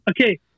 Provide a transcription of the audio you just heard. okay